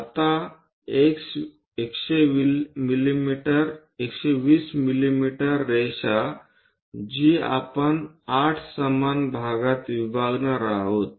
आता 120 मिमी रेषां जी आपण 8 समान भागात विभागणार आहोत